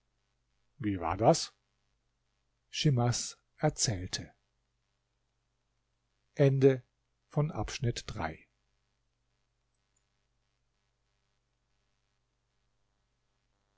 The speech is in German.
wie war das schimas erzählte